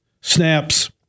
snaps